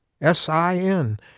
S-I-N